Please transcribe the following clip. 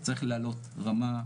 צריך לעלות רמה,